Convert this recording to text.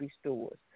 stores